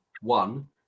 one